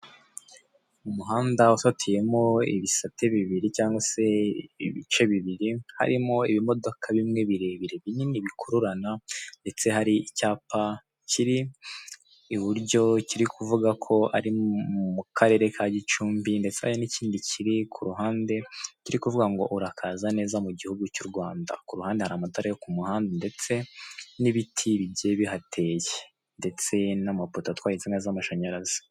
Umuhanda ufatemo ibisate bibiri cyangwa se ibice bibiri harimo ibimodoka bimwe birebire binini bikururana, ndetse hari icyapa kiri iburyo kiri kuvuga ko ari mu karere ka Gicumbi, ndetse hari n'ikindi kiri ku ruhande kiri kuvuga ngo "urakaza neza mu gihugu cy'u Rwanda", ku ruhande hari amatara yo ku muhanda ndetse n'ibiti bigiye bihateye, ndetse n'amapoto atwaye insinga z'amashanyarazi.